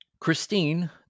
Christine